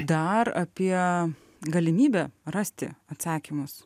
dar apie galimybę rasti atsakymus